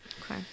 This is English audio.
Okay